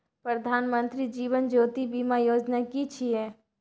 प्रधानमंत्री जीवन ज्योति बीमा योजना कि छिए?